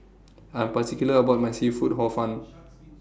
I'm particular about My Seafood Hor Fun